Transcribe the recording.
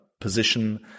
position